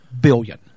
billion